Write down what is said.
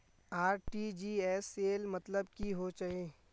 RTGS सेल मतलब की होचए?